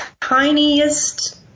tiniest